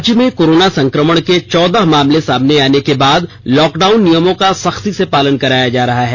राज्य में कोरोना संकमण के चौदह मामले सामने आने के बाद लॉकडाउन नियमों का सख्ती से पालन कराया जा रहा है